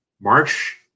March